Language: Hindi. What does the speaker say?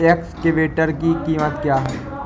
एक्सकेवेटर की कीमत क्या है?